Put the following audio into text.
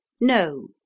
No